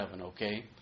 okay